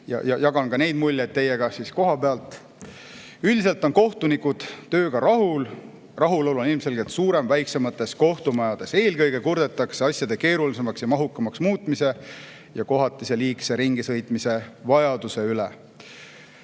kohapealt saadud muljeid teiega. Üldiselt on kohtunikud tööga rahul. Rahulolu on ilmselgelt suurem väiksemates kohtumajades. Eelkõige kurdetakse asjade keerulisemaks ja mahukamaks muutumise ja kohatise liigse ringisõitmise vajaduse üle.